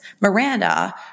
Miranda